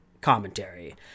commentary